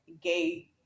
gay